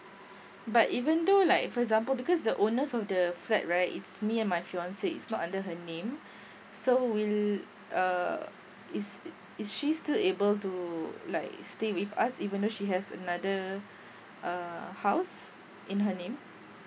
but even though like for example because the owners of the flat right it's me and my fiance is not under her name so will uh is is she still able to like stay with us even though she has another uh house in her name